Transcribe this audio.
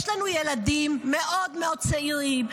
יש לנו ילדים מאוד מאוד צעירים,